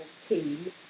team